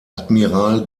admiral